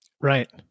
Right